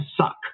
suck